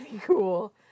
cool